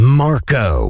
marco